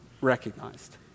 recognized